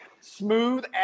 Smooth